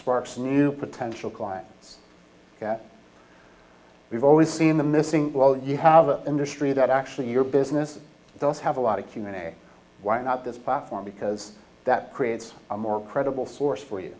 sparks new potential clients that we've always seen the missing well you have an industry that actually your business does have a lot of q and a why not this platform because that creates a more credible source for y